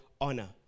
honor